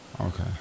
Okay